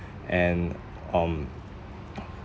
and um